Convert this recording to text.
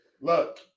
look